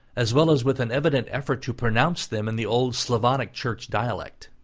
as well as with an evident effort to pronounce them in the old slavonic church dialect.